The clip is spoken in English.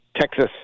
Texas